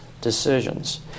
Decisions